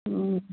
ꯎꯝ